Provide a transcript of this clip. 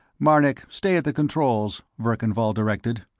marnik, stay at the controls, verkan vall directed.